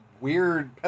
weird